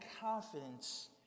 confidence